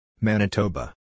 Manitoba